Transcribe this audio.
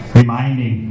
reminding